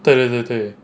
对对对对